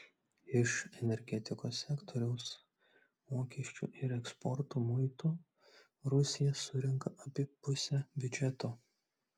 iš energetikos sektoriaus mokesčių ir eksporto muitų rusija surenka apie pusę biudžeto